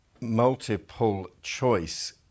multiple-choice